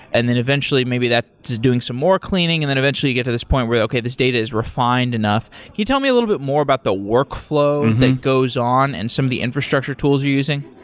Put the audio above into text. and then eventually, maybe that is doing some more cleaning and then eventually you get to this point where okay, this data is refined enough. can you tell me a little bit more about the workflow that goes on and some of the infrastructure tools you're using?